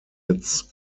its